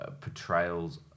portrayals